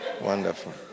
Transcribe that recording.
Wonderful